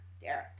Derek